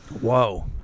Whoa